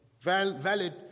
Valid